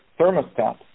thermostat